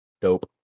Dope